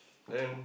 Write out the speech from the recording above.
then